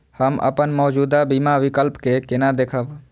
हम अपन मौजूद बीमा विकल्प के केना देखब?